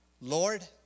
Lord